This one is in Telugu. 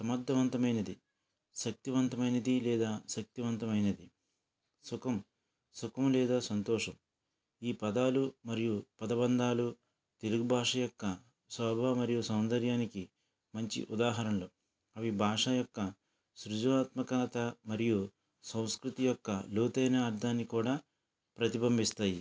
సమర్థవంతమైనది శక్తివంతమైనది లేదా సత్యవంతమైనది సుఖం సుఖం లేదా సంతోషం ఈ పదాలు మరియు పదబంధాలు తెలుగు భాష యొక్క శోభ మరియు సౌందర్యానికి మంచి ఉదాహరణలు అవి భాష యొక్క సృజనాత్మకత మరియు సంస్కృతి యొక్క లోతైన అర్ధాన్ని కూడా ప్రతిభింభిస్తాయి